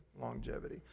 longevity